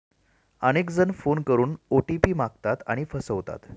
अनेक जण फोन करून ओ.टी.पी मागतात आणि फसवतात